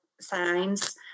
signs